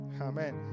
Amen